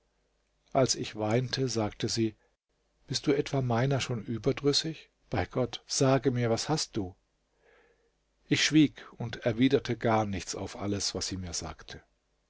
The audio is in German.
als ich weinte sagte sie bist du etwa meiner schon überdrüssig bei gott sage mir was hast du ich schwieg und erwiderte gar nichts auf alles was sie mir sagte